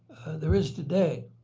there is today.